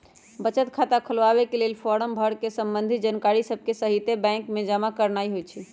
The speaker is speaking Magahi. बचत खता खोलबाके लेल फारम भर कऽ संबंधित जानकारिय सभके सहिते बैंक में जमा करनाइ होइ छइ